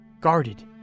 guarded